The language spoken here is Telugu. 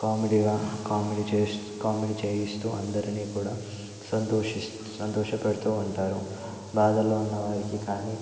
కామెడీగా కామెడీ చేయిస్తూ కామెడీ చేయిస్తూ అందరినీ కూడా సంతోషి సంతోష పెడుతూ ఉంటారు బాధల్లో ఉన్న వారికి కానీ